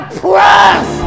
press